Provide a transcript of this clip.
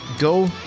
Go